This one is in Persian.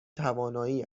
توانایی